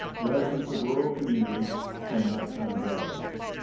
residents of rural communities and nighttime drivers.